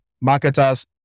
marketers